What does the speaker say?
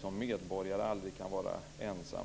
som medborgare aldrig kan vara ensam.